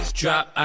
drop